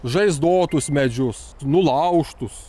žaizdotus medžius nulaužtus